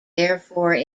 therefore